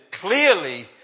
clearly